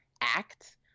act